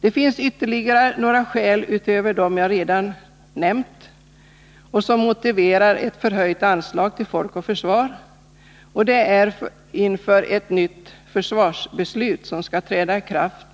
Det finns ytterligare några skäl som motiverar ett höjt anslag till Folk och Försvar. Inför ett nytt försvarsbeslut, som skall träda i kraft